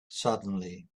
suddenly